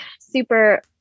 super